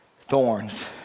thorns